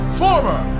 former